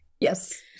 yes